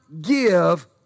give